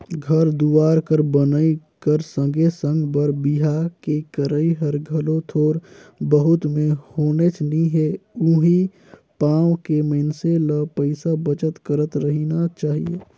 घर दुवार कर बनई कर संघे संघे बर बिहा के करई हर घलो थोर बहुत में होनेच नी हे उहीं पाय के मइनसे ल पइसा बचत करत रहिना चाही